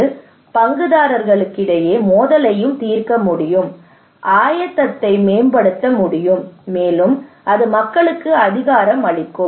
இது பங்குதாரர்களிடையே மோதலையும் தீர்க்க முடியும் இது ஆயத்தத்தை மேம்படுத்த முடியும் மேலும் அது மக்களுக்கு அதிகாரம் அளிக்கும்